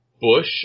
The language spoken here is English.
bush